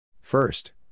First